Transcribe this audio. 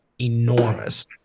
enormous